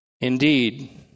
Indeed